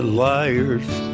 liar's